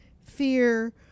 Fear